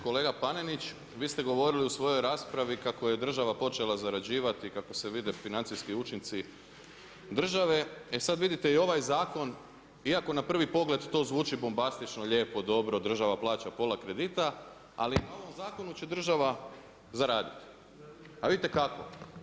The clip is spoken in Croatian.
Kolega Panenić, vi ste govorili u svojoj raspravi kako je država počela zarađivati, kako se vide financijski učinci države, e sad vidite i ovaj zakon iako na prvi pogled to zvuči bombastično, lijepo, dobro, država plaća pola kredita, ali na ovom zakonu će država zaraditi, a vidite kako.